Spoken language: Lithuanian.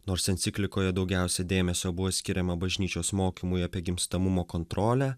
nors enciklikoje daugiausiai dėmesio buvo skiriama bažnyčios mokymui apie gimstamumo kontrolę